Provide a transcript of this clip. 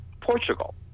portugal